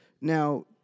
Now